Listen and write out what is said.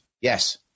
Yes